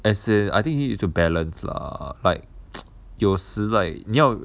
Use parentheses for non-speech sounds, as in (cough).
as in I think you need to balance lah like (noise) 有时 like 你要